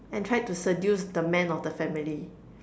and try to seduce the man of the family